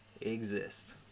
exist